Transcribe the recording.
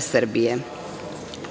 Srbije.